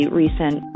recent